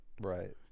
Right